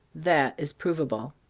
that is provable.